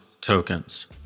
tokens